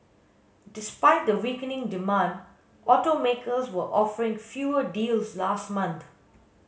despite the weakening demand automakers were offering fewer deals last month